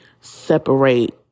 separate